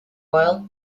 oil